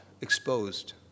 exposed